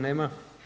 Nema.